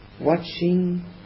watching